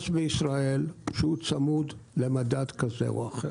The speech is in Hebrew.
בישראל שהוא צמוד למדד כזה או אחר.